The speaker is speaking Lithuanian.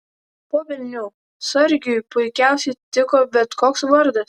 po velnių sargiui puikiausiai tiko bet koks vardas